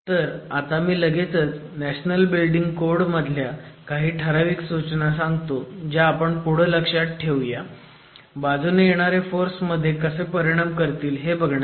तर आता मी लगेचच नॅशनल बिल्डिंग कोड मधल्या काही ठराविक सूचना सांगतो ज्या आपण पुढं लक्षात ठेवूया बाजूने येणारे फोर्स मध्ये कसा परिणाम करतील हे बघण्यासाठी